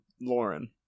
Lauren